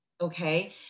okay